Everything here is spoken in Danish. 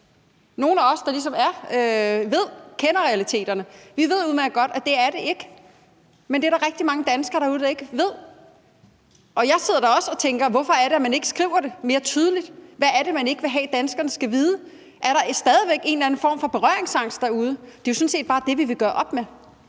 Nogle af os, der ligesom kender realiteterne, ved udmærket godt, at det er det ikke. Men det er der rigtig mange danskere derude der ikke ved. Jeg sidder også og tænker: Hvorfor er det, at man ikke skriver det mere tydeligt? Hvad er det, man ikke vil have danskerne skal vide? Er der stadig væk en eller anden form for berøringsangst derude? Det er sådan set bare det, vi vil gøre op med.